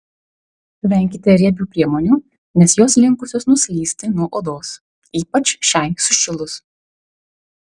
venkite riebių priemonių nes jos linkusios nuslysti nuo odos ypač šiai sušilus